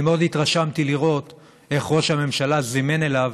מאוד התרשמתי לראות איך ראש הממשלה זימן אליו